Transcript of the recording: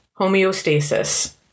homeostasis